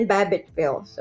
Babbittville